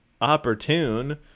opportune